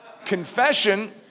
confession